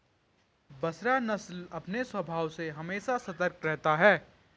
बसरा नस्ल अपने स्वभाव से हमेशा सतर्क रहता है